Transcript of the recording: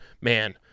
Man